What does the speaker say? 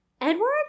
Edward